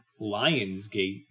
Lionsgate